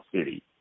City